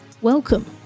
Welcome